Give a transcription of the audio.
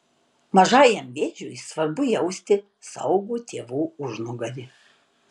mažajam vėžiui svarbu jausti saugų tėvų užnugarį